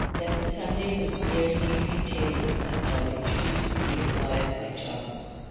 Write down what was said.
that the sunday was merely retailing some knowledge recently acquired by chance.